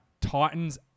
Titans